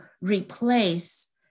replace